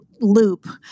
loop